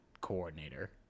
coordinator